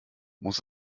muss